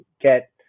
get